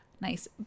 nice